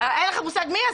אין לך מושג מי היא?